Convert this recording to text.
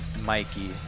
Mikey